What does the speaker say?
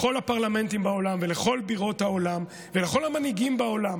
לכל הפרלמנטים בעולם ולכל בירות העולם ולכל המנהיגים בעולם: